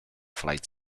flight